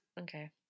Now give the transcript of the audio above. Okay